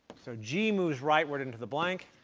so g moves rightward into the blank,